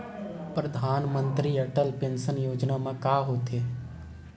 परधानमंतरी अटल पेंशन योजना मा का होथे?